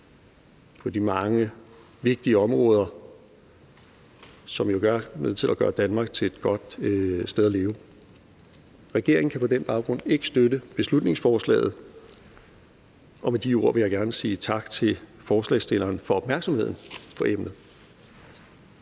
på de mange vigtige områder, hvilket jo er med til at gøre Danmark til et godt sted at leve. Regeringen kan på den baggrund ikke støtte beslutningsforslaget, og med de ord vil jeg gerne sige tak til forslagsstillerne for opmærksomheden på emnet.